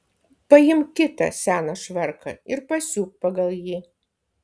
paimk kitą seną švarką ir pasiūk pagal jį